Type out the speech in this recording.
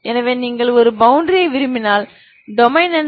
எனவே நீங்கள் ஒரு பவுண்டரியை விரும்பினால் டொமைன் என்ன